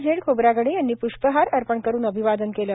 Z Khobragade यांनी प्ष्पहार अर्पण करुन अभिवादन केलं